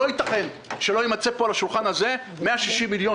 לא יתכן שלא יימצא על השולחן הזה 160 מיליון